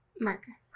Marker